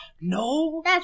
no